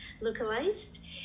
localized